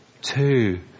two